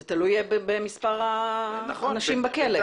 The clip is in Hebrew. זה תלוי במספר האנשים בכלא.